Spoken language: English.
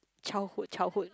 childhood childhood